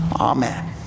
Amen